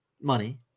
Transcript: money